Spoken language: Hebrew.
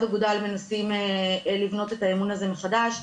אגודל מנסים לבנות את האמון הזה מחדש.